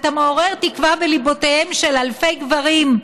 אתה מעורר תקווה בליבותיהם של אלפי גברים,